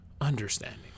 understanding